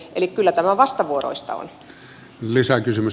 eli kyllä tämä vastavuoroista on